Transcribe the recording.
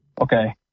Okay